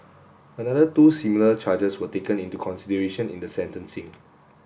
another two similar charges were taken into consideration in the sentencing